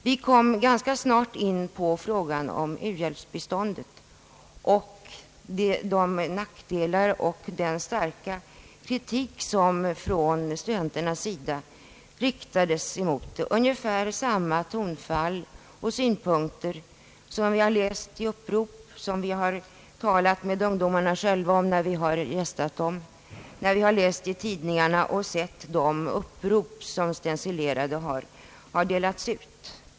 Vi kom ganska snart in på frågan om u-hjälpsbiståndet och den starka kritik som studenterna riktade emot det — ungefär samma tonfall och synpunkter kom fram som då vi har talat med ungdomarna när vi har gästat dem eller har läst i tidningar om och tagit del av de stencilerade upprop som delats ut.